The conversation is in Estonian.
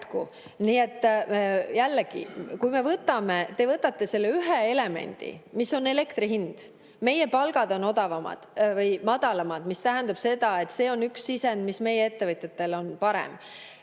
Nii et jällegi, te võtate selle ühe elemendi, mis on elektri hind. Meie palgad on madalamad, mis tähendab seda, et see on üks sisend, mis meie ettevõtjatel on parem.